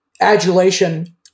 adulation